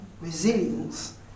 resilience